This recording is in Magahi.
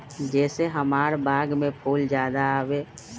जे से हमार बाग में फुल ज्यादा आवे?